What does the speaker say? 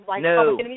No